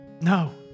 No